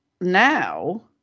now